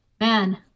Man